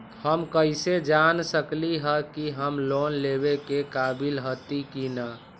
हम कईसे जान सकली ह कि हम लोन लेवे के काबिल हती कि न?